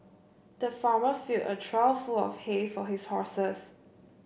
the farmer filled a trough full of hay for his horses